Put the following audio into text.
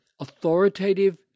authoritative